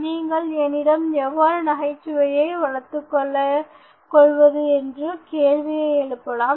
நீங்கள் என்னிடம் எவ்வாறு நகைச்சுவையை வளர்த்துக்கொள்வது என்ற கேள்வியை எழுப்பலாம்